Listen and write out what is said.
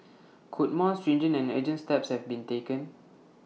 could more stringent and urgent steps have been taken